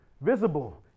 visible